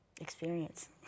Experience